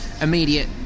immediate